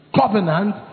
covenant